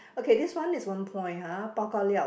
okay this one is one point ha pau ka liao